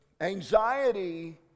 anxiety